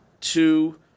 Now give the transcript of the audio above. two